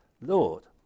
Lord